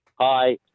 Hi